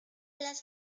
las